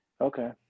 Okay